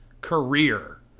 career